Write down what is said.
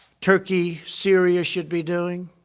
turkey, syria should be doing.